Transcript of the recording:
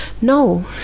No